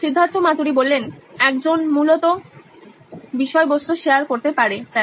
Siddharth Maturi CEO নইন electronics একজন মূলত বিষয়বস্তু শেয়ার করতে পারে স্যার